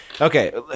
Okay